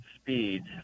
speeds